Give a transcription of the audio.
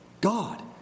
God